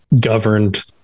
governed